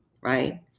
right